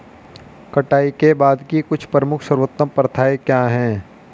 कटाई के बाद की कुछ प्रमुख सर्वोत्तम प्रथाएं क्या हैं?